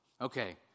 Okay